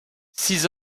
six